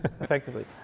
effectively